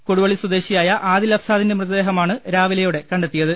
കൊടുവള്ളി സ്വദേശിയായ ആദിൽ അഫ് സാദിന്റെ മൃതദേഹമാണ് രാവിലെയോടെ കണ്ടെത്തിയത്